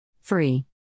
Free